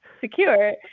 secure